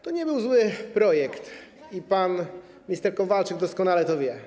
To nie był zły projekt i pan minister Kowalczyk doskonale to wie.